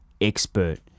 expert